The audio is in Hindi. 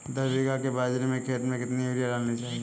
दस बीघा के बाजरे के खेत में कितनी यूरिया डालनी चाहिए?